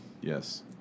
Yes